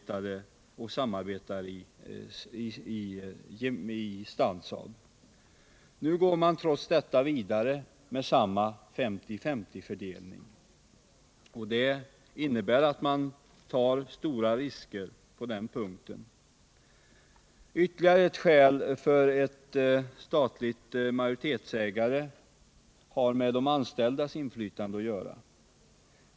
Trots detta går man vidare med samma 50-50-fördelning, och det innebär att man tar stora risker på den punkten. Ytterligare ett skäl för ett statligt majoritetsägande har med de anställdas inflytande att göra.